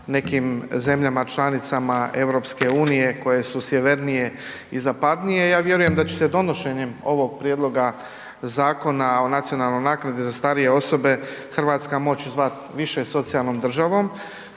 nekim zemljama članicama EU koje su sjevernije i zapadnije, ja vjerujem da će se donošenjem ovoga Prijedloga Zakona o nacionalnoj naknadi za starije osobe Hrvatska moći zvati više socijalnom državom.